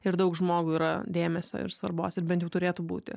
ir daug žmogui yra dėmesio ir svarbos ir bent jau turėtų būti